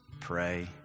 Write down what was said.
Pray